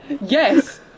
Yes